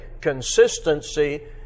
Consistency